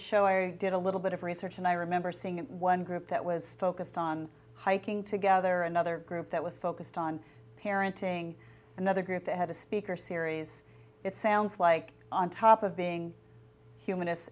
show i did a little bit of research and i remember seeing one group that was focused on hiking together another group that was focused on parenting another group that had a speaker series it sounds like on top of being humanist